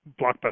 blockbuster